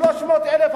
300,000,